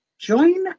join